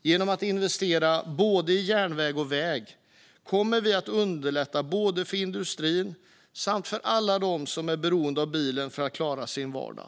Genom att investera både i järnväg och i väg kommer vi att underlätta för industrin samt för alla dem som är beroende av bilen för att klara sin vardag.